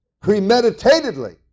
premeditatedly